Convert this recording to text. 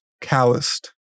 calloused